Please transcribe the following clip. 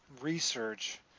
research